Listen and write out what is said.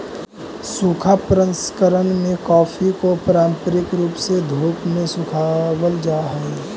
सूखा प्रसंकरण में कॉफी को पारंपरिक रूप से धूप में सुखावाल जा हई